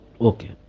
Okay